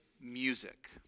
music